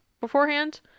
beforehand